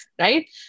right